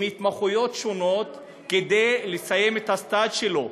התמחויות שונות כדי לסיים את הסטאז' שלו.